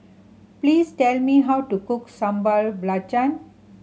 please tell me how to cook Sambal Belacan